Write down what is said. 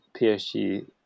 PSG